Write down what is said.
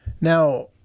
Now